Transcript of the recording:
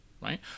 right